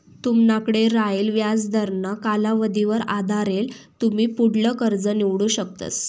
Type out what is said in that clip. तुमनाकडे रायेल व्याजदरना कालावधीवर आधारेल तुमी पुढलं कर्ज निवडू शकतस